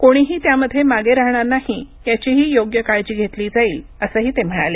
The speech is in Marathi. कोणीही त्यामध्ये मागे राहणार नाही याचीही योग्य काळजी घेतली जाईल असंही ते म्हणाले